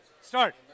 Start